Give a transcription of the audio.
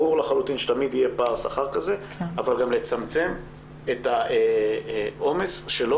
ברור לחלוטין שתמיד יהיה פער שכר כזה אבל גם לצמצם את העומס שלא